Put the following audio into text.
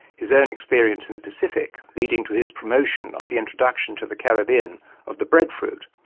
his own experience in the pacific leading to his promotion of the introduction to the caribbean of the breadfruit,